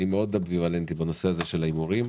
אני מאוד אמביוולנטי בנושא ההימורים.